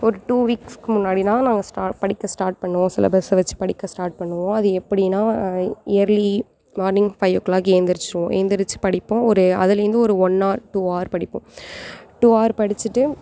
ஒரு டூ வீக்ஸ்க்கு முன்னாடி தான் நாங்கள் ஸ்டார்ட் படிக்க ஸ்டார்ட் பண்ணுவோம் சிலபஸில் வச்சு படிக்க ஸ்டார்ட் பண்ணுவோம் அது எப்படின்னா early morning five o'clock ஏந்திரிச்சுருவோம் ஏந்திரிச்சு படிப்போம் ஒரு அதுலந்து ஒரு ஒன் ஆர் டூ ஆர் படிப்போம் டூ ஆர் படிச்சிவிட்டு